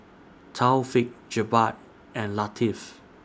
Taufik Jebat and Latif